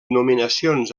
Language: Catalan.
nominacions